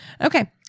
Okay